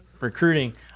Recruiting